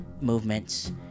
movements